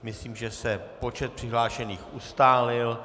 Myslím, že se počet přihlášených ustálil.